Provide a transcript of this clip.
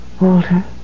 Walter